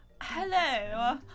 Hello